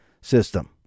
system